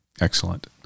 Excellent